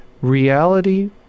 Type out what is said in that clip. Reality